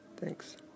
Thanks